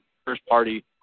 First-party